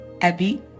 Abby